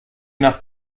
nach